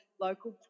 local